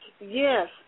Yes